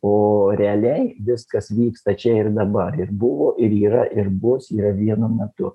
o realiai viskas vyksta čia ir dabar ir buvo ir yra ir bus yra vienu metu